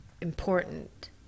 important